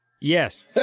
Yes